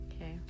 Okay